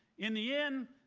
in the end,